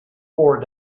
forward